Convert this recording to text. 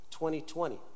2020